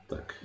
Tak